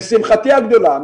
לשמחתי הגדולה,